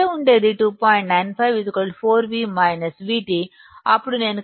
అప్పుడు నేను కలిగి ఉన్నాను VT 1